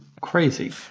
crazy